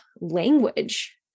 language